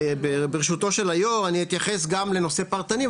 ברשותו של היו"ר אני אתייחס גם לנושא פרטני,